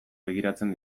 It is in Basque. begiratzen